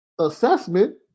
assessment